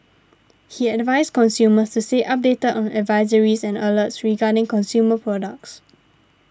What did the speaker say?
he advised consumers to stay updated on advisories and alerts regarding consumer products